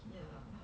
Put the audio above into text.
ya